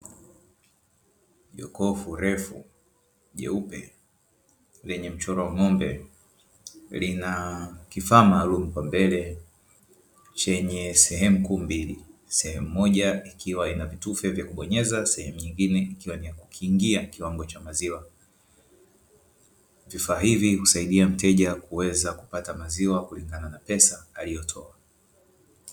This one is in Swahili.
Jokofu refu jeupe lenye mchoro wa ng'ombe, lina kifaa maalumu kwa mbele chenye sehemu kuu mbili; sehemu moja ikiwa ina vitufe vya kubonyeza, sehemu nyingine ikiwa ni ya kukingia kiwango maziwa. Vifaa hivi husaidia mteja kuweza kupata maziwa kulingana na pesa aliyotoa.